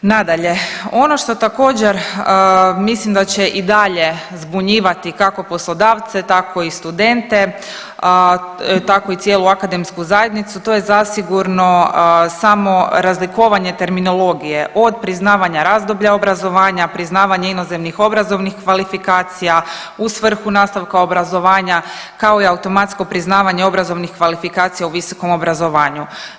Nadalje, ono što također, mislim da će i dalje zbunjivati, kako poslodavce tako i studente, tako i cijelu akademsku zajednicu, to je zasigurno samo razlikovanje terminologije, od priznavanja razdoblja obrazovanja, priznavanje inozemnih obrazovnih kvalifikacija u svrhu nastavka obrazovanja, kao i automatsko priznavanje obrazovnih kvalifikacija u visokom obrazovanju.